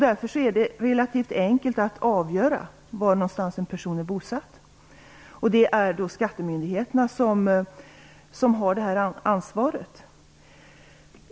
Därför är det relativt enkelt att avgöra var en person är bosatt. Det är då skattemyndigheterna som har ansvar för detta.